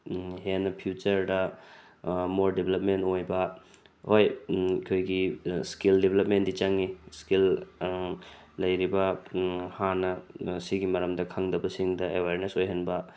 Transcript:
ꯍꯦꯟꯅ ꯐ꯭ꯌꯨꯆꯔꯗ more development ꯑꯣꯏꯕ ꯍꯣꯏ ꯑꯩꯈꯣꯏꯒꯤ ꯏꯁꯀꯤꯜ ꯗꯤꯕꯂꯞꯃꯦꯟꯗꯤ ꯆꯪꯉꯤ ꯏꯁꯀꯤꯜ ꯂꯩꯔꯤꯕ ꯍꯥꯟꯅ ꯃꯁꯤꯒꯤ ꯃꯔꯝꯗ ꯈꯪꯗꯕꯁꯤꯡꯗ ꯑꯦꯋꯥꯔꯅꯦꯁ ꯑꯣꯏꯍꯟꯕ